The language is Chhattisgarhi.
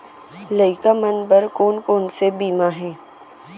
लइका मन बर कोन कोन से बीमा हे?